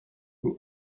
who